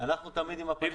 אנחנו תמיד עם הפנים קדימה.